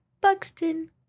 Buxton